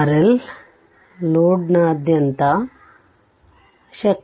RL ಲೋಡ್ನಾದ್ಯಂತ ಶಕ್ತಿ